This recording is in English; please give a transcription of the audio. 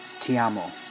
Tiamo